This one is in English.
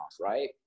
right